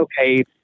okay